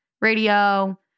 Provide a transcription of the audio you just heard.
radio